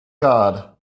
god